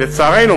לצערנו,